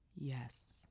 Yes